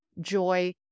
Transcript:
joy